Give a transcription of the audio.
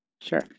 Sure